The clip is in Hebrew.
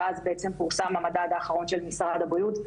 שאז בעצם פורסם המדד האחרון של משרד הבריאות.